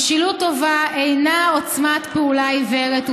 משילות טובה אינה עוצמת פעולה עיוורת,